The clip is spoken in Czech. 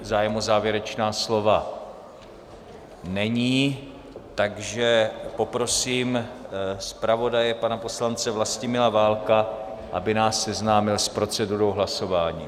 Zájem o závěrečná slova není, takže poprosím zpravodaje, poslance Vlastimila Válka, aby nás seznámil s procedurou hlasování.